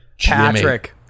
Patrick